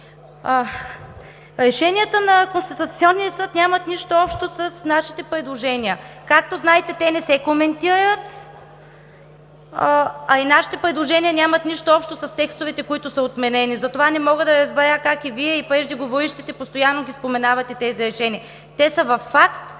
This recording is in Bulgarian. решенията на Конституционния съд нямат нищо общо с нашите предложения. Както знаете, те не се коментират, а и нашите предложения нямат нищо общо с текстовете, които са отменени. Затова не мога да разбера как и Вие, и преждеговорившите постоянно споменавате тези решения. Те са факт